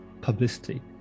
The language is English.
publicity